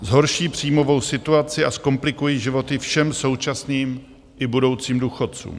Zhorší příjmovou situaci a zkomplikují životy všem současným i budoucím důchodcům.